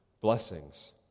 blessings